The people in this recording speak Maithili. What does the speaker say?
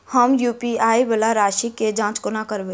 हम यु.पी.आई वला राशि केँ जाँच कोना करबै?